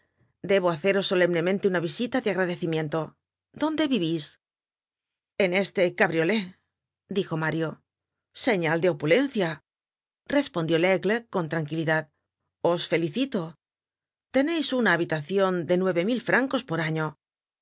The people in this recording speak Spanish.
debo haceros solemnemente una visita de agradecimiento dónde vivís en este cabriolé dijo mario señal de opulencia respondió laigle con tranquilidad os felicito teneis una habitacion de nueve mil francos por año en